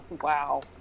Wow